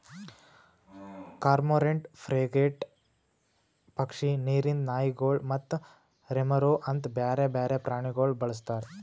cormorant, frigate ಪಕ್ಷಿ, ನೀರಿಂದ್ ನಾಯಿಗೊಳ್ ಮತ್ತ ರೆಮೊರಾ ಅಂತ್ ಬ್ಯಾರೆ ಬೇರೆ ಪ್ರಾಣಿಗೊಳ್ ಬಳಸ್ತಾರ್